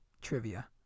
trivia